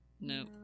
no